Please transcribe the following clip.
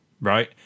right